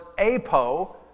apo